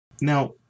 Now